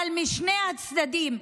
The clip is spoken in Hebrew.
אבל משני הצדדים.